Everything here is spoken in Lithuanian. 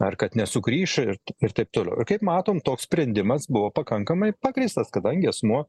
ar kad nesugrįš ir ir taip toliau kaip matom toks sprendimas buvo pakankamai pagrįstas kadangi asmuo